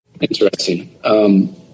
Interesting